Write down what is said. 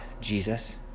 Jesus